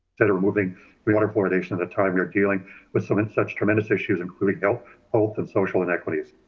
that are moving water fluoridation at a time we're dealing with so and such tremendous issues, including health health and social inequities.